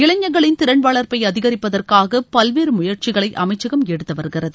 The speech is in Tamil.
இளைஞர்களின் திறன் வளர்ப்பை அதிகரிப்பதற்காக பல்வேறு முயற்சிகளை அமைச்சகம் எடுத்து வருகிறது